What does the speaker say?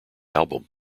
album